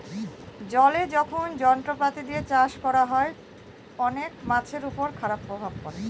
জলে যখন যন্ত্রপাতি দিয়ে চাষ করা হয়, অনেক মাছের উপর খারাপ প্রভাব পড়ে